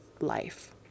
life